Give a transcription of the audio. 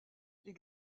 les